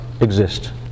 exist